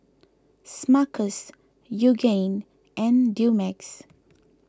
Smuckers Yoogane and Dumex